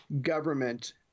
government